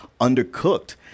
undercooked